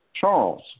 Charles